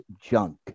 junk